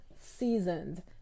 seasoned